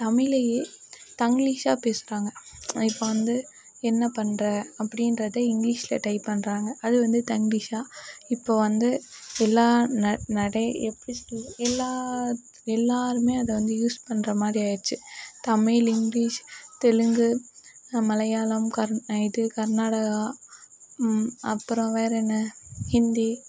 தமிழையே தங்லீஷாக பேசுகிறாங்க இப்போ வந்து என்ன பண்ற அப்படீன்றத இங்கிலீஷில் டைப் பண்றாங்க அது வந்து தங்லீஷாக இப்போது வந்து எல்லாம் நிறைய எப்படி சொல்கிறது எல்லா எல்லாருமே அதை வந்து யூஸ் பண்ற மாதிரி ஆயிடுத்து தமிழ் இங்கிலீஷ் தெலுங்கு மலையாளம் கர் இது கர்நாடகா அப்புறம் வேறே என்ன ஹிந்தி